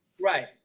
Right